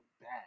bad